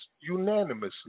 unanimously